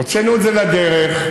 הוצאנו את זה לדרך,